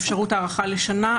אפשרות הארכה לשנה,